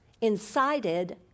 incited